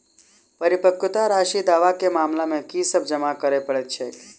परिपक्वता राशि दावा केँ मामला मे की सब जमा करै पड़तै छैक?